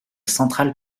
centrale